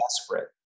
desperate